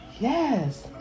Yes